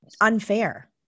unfair